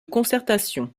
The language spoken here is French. concertation